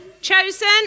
Chosen